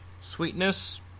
sweetness